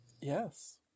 Yes